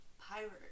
Pirate